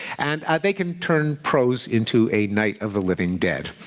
and they can turn prose into a night of the living dead.